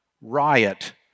riot